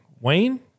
Wayne